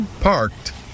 Parked